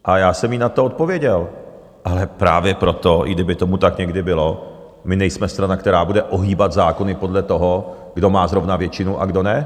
A já jsem jí na to odpověděl ale právě proto, i kdyby tomu tak někdy bylo, my nejsme strana, která bude ohýbat zákony podle toho, kdo má zrovna většinu a kdo ne.